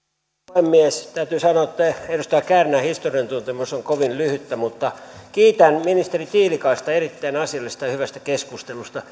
puhemies täytyy sanoa että edustaja kärnän historian tuntemus on kovin lyhyttä mutta kiitän ministeri tiilikaista erittäin asiallisesta ja hyvästä keskustelusta